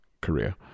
Korea